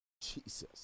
Jesus